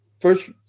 first